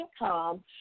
income